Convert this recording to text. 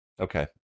Okay